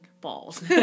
balls